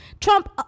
Trump